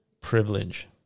privilege